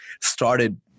started